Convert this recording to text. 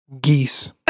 Geese